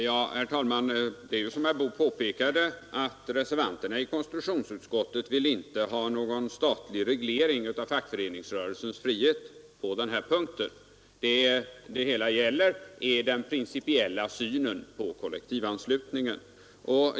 Herr talman! Som herr Boo påpekade vill reservanterna i konstitutionsutskottet inte ha någon statlig reglering av fackföreningsrörelsens frihet på den här punkten. Det hela gäller den principiella synen på kollektivanslutningen.